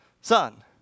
Son